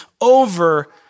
over